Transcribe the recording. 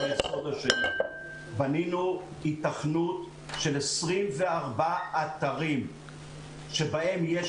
בנינו היתכנות של 24 אתרים שבהם יש